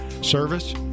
Service